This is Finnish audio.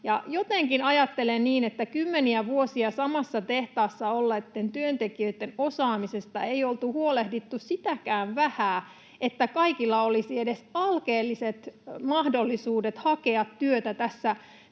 Jotenkin ajattelen niin, että kymmeniä vuosia samassa tehtaassa olleitten työntekijöitten osaamisesta ei oltu huolehdittu sitäkään vähää, että kaikilla olisi edes alkeelliset mahdollisuudet hakea työtä tässä